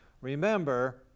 Remember